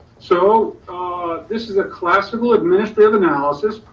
so ah this is a classical administrative analysis.